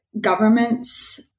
governments